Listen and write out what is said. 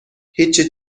هیچی